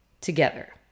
together